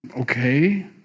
Okay